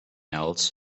else